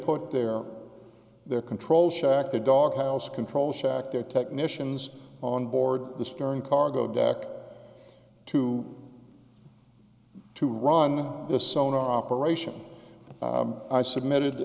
put their their control shack the doghouse control shack their technicians on board the stern cargo deck to to run the sonar operation i submitted